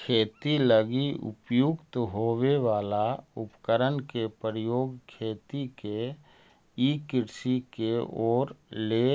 खेती लगी उपयुक्त होवे वाला उपकरण के प्रयोग खेती के ई कृषि के ओर ले